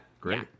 great